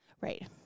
Right